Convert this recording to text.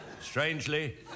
strangely